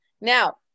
Now